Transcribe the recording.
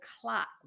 clock